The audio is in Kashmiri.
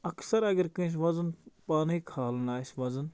اکثر اگر کٲنٛسہِ وَزن پانے کھالُن آسہِ وَزن